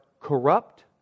corrupt